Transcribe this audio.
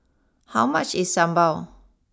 how much is Sambal